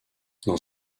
dans